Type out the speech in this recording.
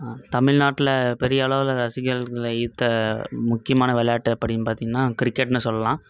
தமிழ்நாட்டில் பெரியளவில் ரசிகர்களை ஈர்த்த முக்கியமான விளயாட்டு அப்படின்னு பார்த்திங்கனா கிரிக்கெட்ன்னு சொல்லலாம்